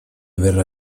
verrà